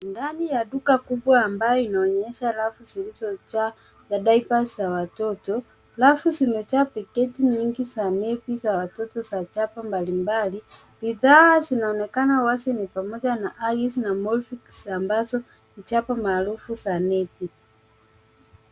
Ndani ya duka kubwa ambaya inaonyesha rafu zilizojaa na dippers za watoto. Rafu zimejaa paketi nyingi za nepi za watoto za chapa mbalimbali. Bidhaa zinaonekana wazi ni pamoja na Huggies na Molflix ambazo ni chapo maarufu za nepi.